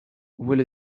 will